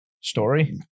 story